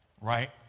right